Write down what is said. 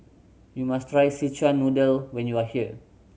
you must try Szechuan Noodle when you are here